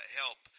help